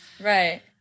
Right